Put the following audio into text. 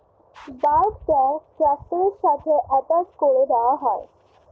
bulk tank ট্র্যাক্টরের সাথে attach করে দেওয়া হয়